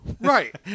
right